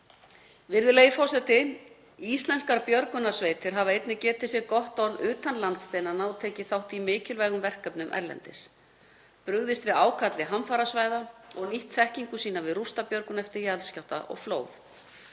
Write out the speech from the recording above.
Virðulegi forseti. Íslenskar björgunarsveitir hafa einnig getið sér gott orð utan landsteinanna og tekið þátt í mikilvægum verkefnum erlendis, brugðist við ákalli hamfarasvæða og nýtt þekkingu sína við rústabjörgun eftir jarðskjálfta og flóð.